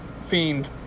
Fiend